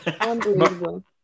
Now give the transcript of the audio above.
Unbelievable